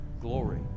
glory